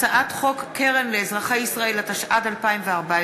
הצעת חוק קרן לאזרחי ישראל, התשע"ד 2014,